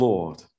Lord